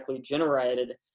generated